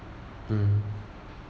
mm